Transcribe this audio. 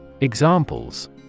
Examples